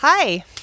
Hi